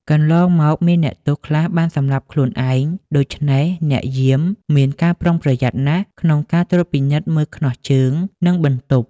កន្លងមក មានអ្នកទោសខ្លះបានសម្លាប់ខ្លួនឯង ដូច្នេះអ្នកយាមមានការប្រុងប្រយ័ត្នណាស់ក្នុងការត្រួតពិនិត្យមើលខ្នោះជើង និងបន្ទប់ ។